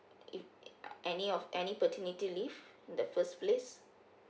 if any of any paternity leave in the first place